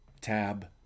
tab